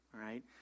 right